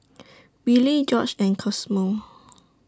Willy Gorge and Cosmo